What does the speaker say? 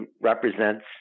represents